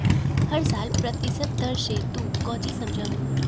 हर साल प्रतिशत दर से तू कौचि समझा हूँ